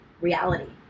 reality